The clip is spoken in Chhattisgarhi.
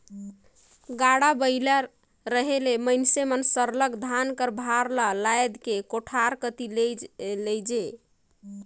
गाड़ा बइला रहें ले मइनसे मन सरलग धान कर भार ल लाएद के कोठार कती लेइजें